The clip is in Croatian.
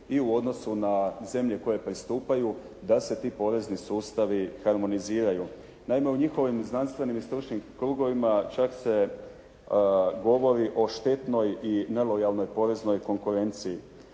i u odnosu na zemlje koje pristupaju, da se ti porezni sustavi harmoniziraju. Naime u njihovim znanstvenim i stručnim krugovima čak se govori o štetnoj i nelojalnoj poreznoj konkurenciji.